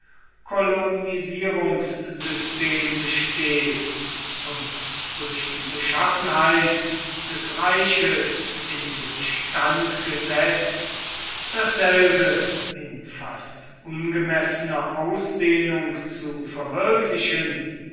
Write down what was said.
kolonisierungssystem besteht und durch die beschaffenheit des reiches in den stand gesetzt dasselbe in fast ungemessener ausdehnung zu verwirklichen